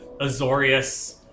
Azorius